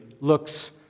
looks